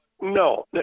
no